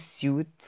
suit